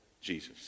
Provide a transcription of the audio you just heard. Jesus